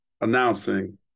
announcing